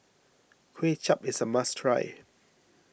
Kuay Chap is a must try